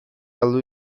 galdu